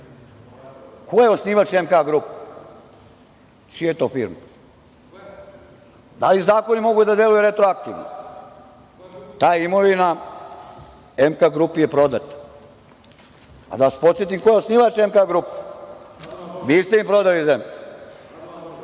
ko je osnivač „MK grupe“? Čija je to firma? Da li zakoni mogu da deluju retroaktivno? Ta imovina „MK grupi“ je prodata. Da vas podsetim ko je osnivač „MK grupe“, vi ste im prodali zemlju.